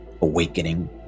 awakening